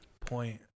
point